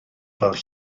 fel